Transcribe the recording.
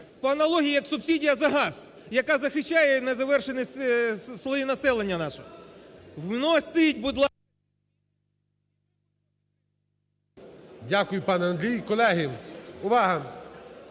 по аналогії як субсидія за газ, яка захищає незахищені слої населення нашого. Вносьте, будь ласка… ГОЛОВУЮЧИЙ. Дякую, пане Андрій. Колеги, увага!